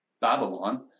babylon